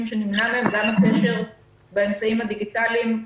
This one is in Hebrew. שנמנע מהם גם הקשר באמצעים הדיגיטליים.